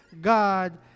God